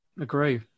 agree